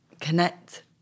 connect